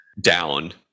down